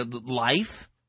life